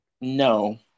No